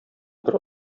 бер